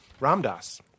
Ramdas